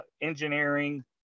engineering